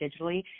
digitally